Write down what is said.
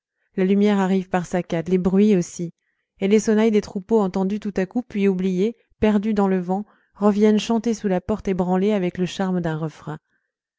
la lumière arrive par saccades les bruits aussi et les sonnailles des troupeaux entendues tout à coup puis oubliées perdues dans le vent reviennent chanter sous la porte ébranlée avec le charme d'un refrain